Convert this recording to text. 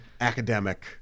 academic